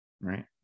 Right